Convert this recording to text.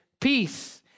peace